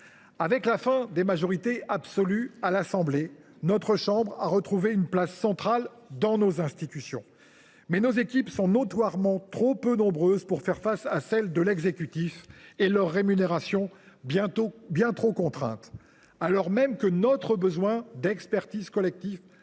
Avec la fin des majorités absolues à l’Assemblée nationale, notre chambre a retrouvé une place centrale dans nos institutions. Cependant, nos équipes sont notoirement trop peu nombreuses pour faire face à celles de l’exécutif et leurs rémunérations bien trop contraintes, alors même que notre besoin d’expertise s’intensifie.